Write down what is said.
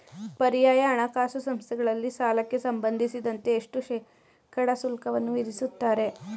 ಪರ್ಯಾಯ ಹಣಕಾಸು ಸಂಸ್ಥೆಗಳಲ್ಲಿ ಸಾಲಕ್ಕೆ ಸಂಬಂಧಿಸಿದಂತೆ ಎಷ್ಟು ಶೇಕಡಾ ಶುಲ್ಕವನ್ನು ವಿಧಿಸುತ್ತಾರೆ?